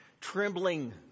Trembling